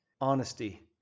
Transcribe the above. honesty